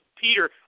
Peter